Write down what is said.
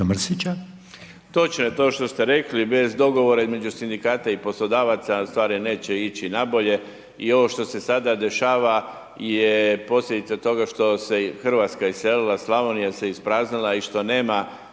Točno je to što ste rekli, bez dogovora između Sindikata i poslodavaca, stvari neće ići na bolje i ovo što se sada dešava je posljedica toga što se Hrvatska iselila, Slavonija se ispraznila i što nema